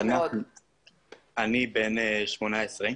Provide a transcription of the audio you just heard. אני בן 18,